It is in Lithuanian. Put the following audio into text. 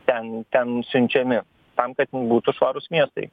ten ten siunčiami tam kad būtų švarūs miestai